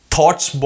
Thoughts